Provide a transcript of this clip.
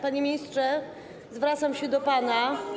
Panie ministrze, zwracam się do pana.